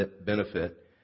benefit